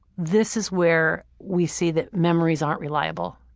this is where we see that memories aren't reliable.